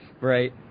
Right